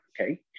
okay